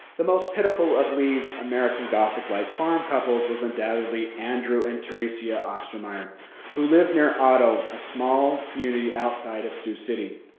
the most pitiful of lee's american gothic-like farm couples was undoubtedly andrew and theresia ostermeyer who lived near oto, a small community outside of sioux city.